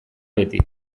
beti